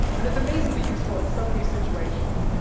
and it's amazingly useful in so many situations.